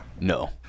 No